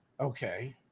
Okay